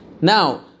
Now